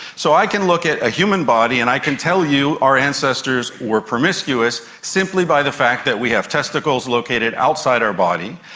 so i can look at a human body and i can tell you our ancestors were promiscuous simply by the fact that we have testicles located outside our body,